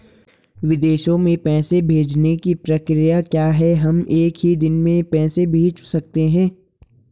विदेशों में पैसे भेजने की प्रक्रिया क्या है हम एक ही दिन में पैसे भेज सकते हैं?